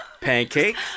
Pancakes